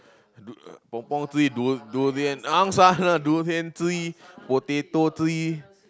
dude uh pong-pong tree du~ durian angsana durian tree potato tree